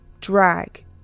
drag